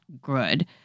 good